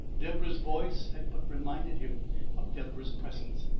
deborah's voice had but reminded him of deborah's presence.